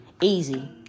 Easy